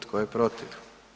Tko je protiv?